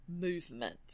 movement